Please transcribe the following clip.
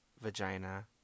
vagina